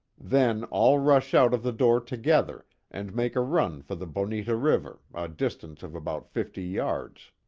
then all rush out of the door together, and make a run for the bonita river, a distance of about fifty yards.